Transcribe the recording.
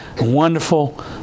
wonderful